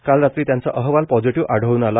काल रात्री त्यांचा अहवालपॉ झिटीव्ह आढळून आला